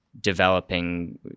developing